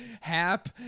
hap